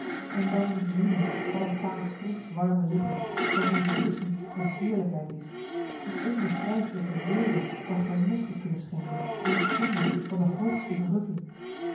en dan die zoenen van een paar frisch warme lippen voor wie het kussen eene heerlijkheid is die onbeschrijflijke weelde van genot te kunnen schenken in het vinden van de hoogste verrukking